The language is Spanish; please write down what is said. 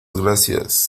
gracias